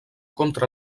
contra